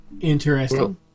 interesting